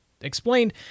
explained